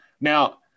Now